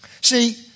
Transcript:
See